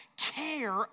care